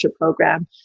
program